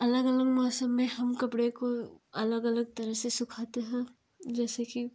अलग अलग मौसम में हम कपड़े को अलग अलग तरह से सुखाते हैं जैसे कि